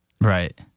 Right